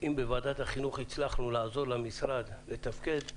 אם בוועדת החינוך הצלחנו לעזור למשרד לתפקד,